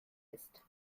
ist